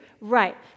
Right